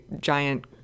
giant